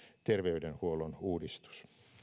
terveydenhuollon uudistus